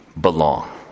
belong